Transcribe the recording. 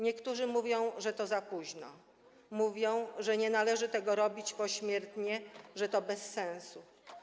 Niektórzy mówią, że to za późno, mówią, że nie należy tego robić pośmiertnie, że to bez sensu.